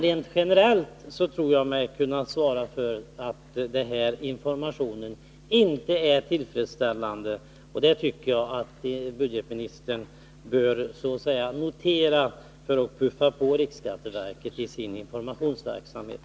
Rent generellt tror jag mig kunna påstå att informationen inte är tillfredsställande, och det tycker jag att budgetministern bör notera för att så att säga putta på riksskatteverket i dess informationsverksamhet.